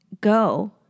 go